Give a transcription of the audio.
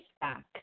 back